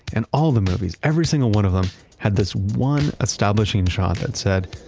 and all the movies, every single one of them had this one establishing shot that said,